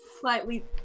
slightly